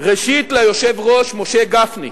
ראשית ליושב-ראש משה גפני,